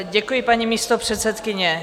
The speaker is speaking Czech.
Děkuji, paní místopředsedkyně.